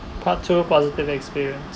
part two positive experience